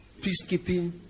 Peacekeeping